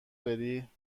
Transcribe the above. بری